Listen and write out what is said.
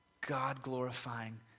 God-glorifying